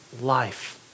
life